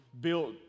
built